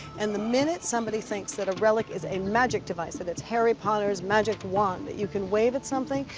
and the minute somebody thinks that a relic is a magic device, that it's harry potter's magic wand that you can wave at something,